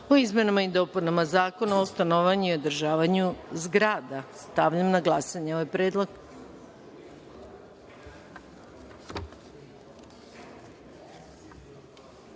o izmenama i dopunama Zakona o stanovanju i održavanju zgrada. Stavljam na glasanje ovaj predlog. Molim